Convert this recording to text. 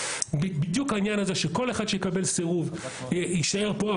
בדיוק העניין הזה שכל אחד שיקבל סירוב יישאר פה.